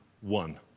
one